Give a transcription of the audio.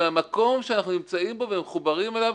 מהמקום שאנחנו נמצאים בו ומחוברים אליו